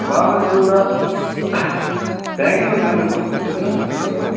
बाबाले त्यो त बेङ्लोर जानु भन्नुहुँदैथियो भेल्लोरमा